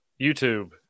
YouTube